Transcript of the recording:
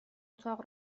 اتاق